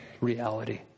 reality